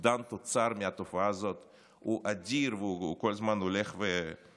ואובדן תוצר מהתופעה הזאת הוא אדיר והוא כל הזמן הולך וגדל.